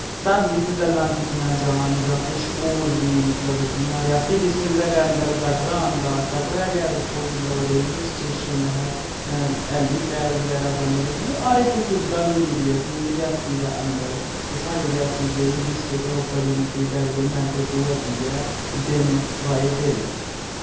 धार्मिक गल्लां कितियां जान जां किश होर बी मतलब जियां रेयासी डिस्ट्रिक्ट दे गै अंदर कटरा आंदा कटरै गै दिक्खो मतलब रेलवे स्टेशन ऐ हेलिपैड बगैरा बने दे मतलब हर इक सुविधा मिली दी असेंगी रेयासी दे अंदर ते साढ़ी रेआसी जेह्ड़ी डिस्ट्रिक्ट ऐ ओह् बड़ी मती डेवलपमेंट होआ दी ऐ दिन बाय दिन